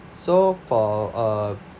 so for uh